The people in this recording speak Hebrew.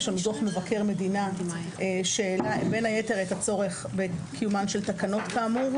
יש שם דוח מבקר המדינה שהעלה בין היתר את הצורך בקיומן של תקנות כאמור.